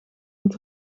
het